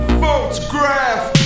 photograph